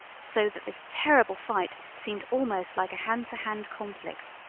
so that this terrible fight seemed almost like a hand-to-hand conflict.